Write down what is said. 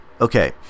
okay